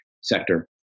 sector